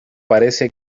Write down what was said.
parece